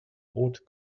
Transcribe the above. rot